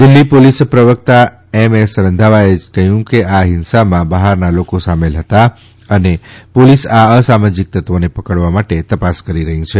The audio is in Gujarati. દિલ્ફી લીસ પ્રવકતા એમ એસ રંધાવાએ કહયું કે આ ફિંસામાં બહારના લોકો સામેલ હતા અને ોલીસ આ અસામાજિક તત્વોને કડવા માટે ત ાસ કરી રહી છે